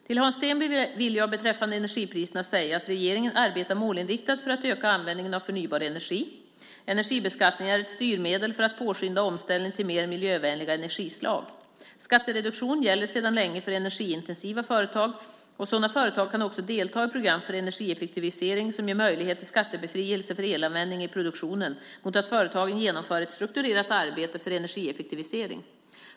Till Hans Stenberg vill jag beträffande energipriserna säga att regeringen arbetar målinriktat för att öka användningen av förnybar energi. Energibeskattningen är ett styrmedel för att påskynda omställningen till mer miljövänliga energislag. Skattereduktion gäller sedan länge för energiintensiva företag. Sådana företag kan också delta i program för energieffektivisering, som ger möjlighet till skattebefrielse för elanvändning i produktionen, mot att företagen genomför ett strukturerat arbete för energieffektivisering.